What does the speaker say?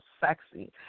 sexy